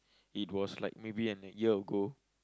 it was like maybe an a year ago